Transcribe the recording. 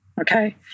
Okay